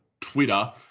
twitter